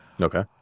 okay